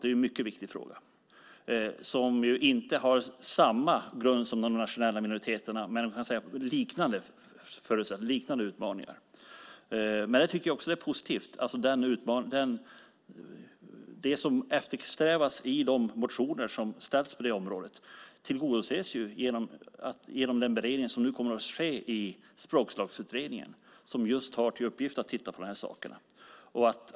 Det är en mycket viktig fråga som inte har samma grund som de nationella minoriteterna, men förutsättningarna och utmaningarna är liknande. Det är dock positivt att det som eftersträvas i de motioner som ställs på det området tillgodoses genom den beredning som nu kommer att ske i Språklagsutredningen, som just har till uppgift att titta på de här sakerna.